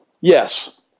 Yes